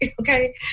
okay